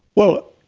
well,